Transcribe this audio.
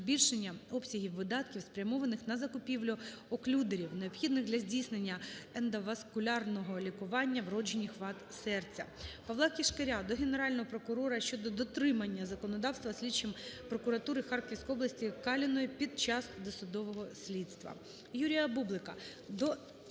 збільшення обсягів видатків, спрямованих на закупівлю оклюдерів, необхідних для здійснення ендоваскулярного лікування вроджених вад серця. ПавлаКишкаря до Генерального прокурора щодо дотримання законодавства слідчим прокуратури Харківської області Каліної під час досудового слідства.